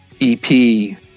EP